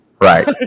Right